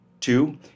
Two